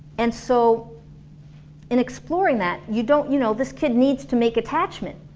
and so in exploring that you don't you know, this kid needs to make attachment,